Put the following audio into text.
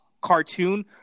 cartoon